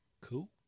Cool